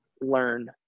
learn